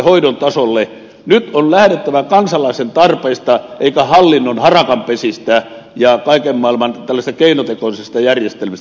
nyt on lähdettävä liikkeelle kansalaisen tarpeista eikä hallinnon harakanpesistä ja kaiken maailman keinotekoisista järjestelmistä